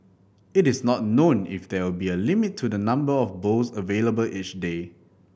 it is not known if there will be a limit to the number of bowls available each day